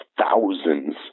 Thousands